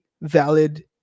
valid